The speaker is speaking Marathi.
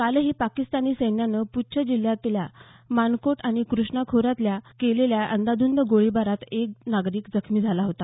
कालही पाकीस्तानी सैन्यानं पूंछ जिल्ह्याच्या मानकोटे आणि कृष्णा खोऱ्यात केलेल्या अंदाधंद गोळीबारात एक नागरिक जखमी झाला होता